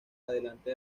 adelante